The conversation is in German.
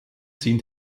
sind